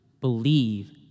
believe